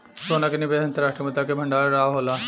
सोना के निवेश अंतर्राष्ट्रीय मुद्रा के भंडारण ला होला